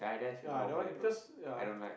ya that one because ya